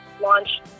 launch